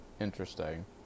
interesting